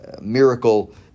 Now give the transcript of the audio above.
miracle